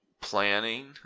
planning